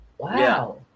Wow